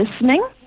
listening